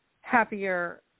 happier